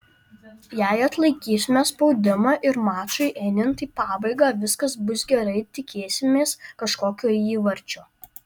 jei atlaikysime spaudimą ir mačui einant į pabaigą viskas bus gerai tikėsimės kažkokio įvarčio